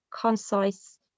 concise